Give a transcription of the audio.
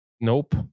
Nope